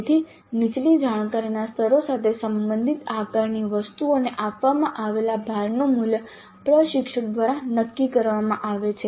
તેથી નીચલી જાણકારીના સ્તરો સાથે સંબંધિત આકારણી વસ્તુઓને આપવામાં આવેલા ભારનું મૂલ્ય પ્રશિક્ષક દ્વારા નક્કી કરવામાં આવે છે